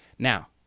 Now